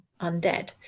undead